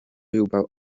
ruwbouw